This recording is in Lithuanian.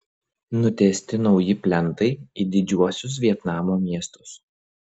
nutiesti nauji plentai į didžiuosius vietnamo miestus